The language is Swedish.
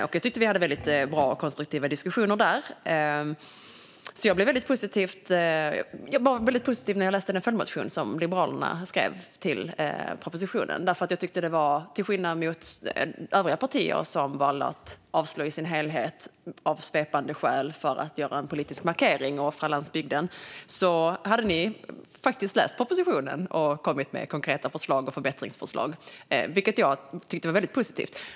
Jag tyckte att vi hade väldigt bra och konstruktiva diskussioner där, så jag var väldigt positiv när jag läste den följdmotion som Liberalerna skrev till propositionen. Till skillnad från övriga partier, som valde att avslå den i dess helhet, av svepande skäl, för att göra en politisk markering och offra landsbygden, hade Liberalerna faktiskt läst propositionen och kommit med konkreta förbättringsförslag. Det tyckte jag var väldigt positivt.